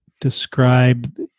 Describe